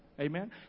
Amen